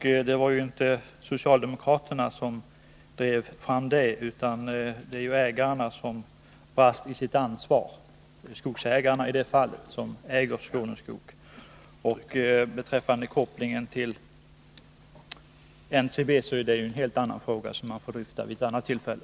Det var inte socialdemokraterna som drev fram den, utan det var ju företagets ägare — Södra Skogsägarna — som brast i sitt ansvar. Industriministern gjorde också en koppling till NCB, men NCB är en helt annan fråga som får dryftas vid ett annat tillfälle.